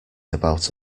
about